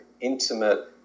intimate